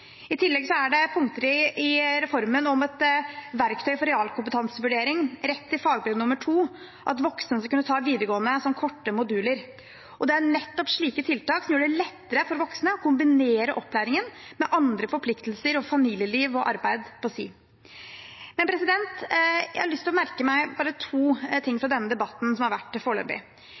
I tillegg er det punkter i reformen om et verktøy for realkompetansevurdering, rett til fagbrev nummer to og at voksne skal kunne ta videregående som korte moduler. Det er nettopp slike tiltak som gjør det lettere for voksne å kombinere opplæringen med andre forpliktelser, familieliv og arbeid på si. Jeg har lyst til å merke meg bare to ting fra denne debatten som har vært foreløpig.